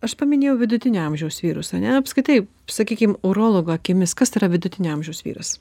aš paminėjau vidutinio amžiaus vyrus ane apskritai sakykim urologo akimis kas tai yra vidutinio amžiaus vyras